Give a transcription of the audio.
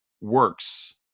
works